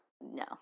No